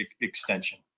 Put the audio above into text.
extension